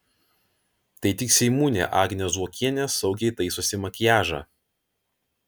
tai tik seimūnė agnė zuokienė saugiai taisosi makiažą